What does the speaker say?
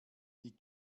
die